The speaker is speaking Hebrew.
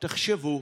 תחשבו,